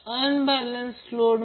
तर angle Z angle असल्यास